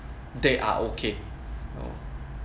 they are okay